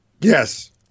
yes